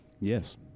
Yes